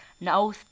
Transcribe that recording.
No